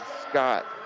Scott